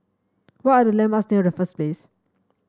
what are the landmarks near Raffles Place